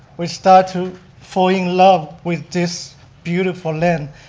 we start to fall in love with this beautiful land.